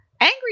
Angry